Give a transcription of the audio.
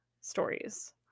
stories